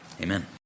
Amen